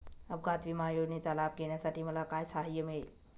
अपघात विमा योजनेचा लाभ घेण्यासाठी मला काय सहाय्य मिळेल?